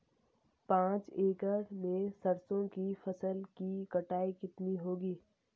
पांच एकड़ में सरसों की फसल की कटाई कितनी होगी?